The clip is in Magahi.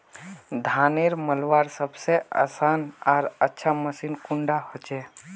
धानेर मलवार सबसे आसान आर अच्छा मशीन कुन डा होचए?